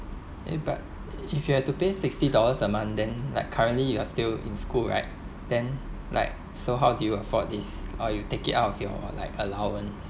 eh but if you have to pay sixty dollars a month then like currently you are still in school right then like so how did you afford this or you take it out of your like allowance